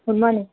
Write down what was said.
good morning